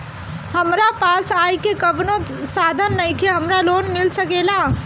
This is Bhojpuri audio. हमरा पास आय के कवनो साधन नईखे हमरा लोन मिल सकेला?